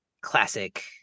classic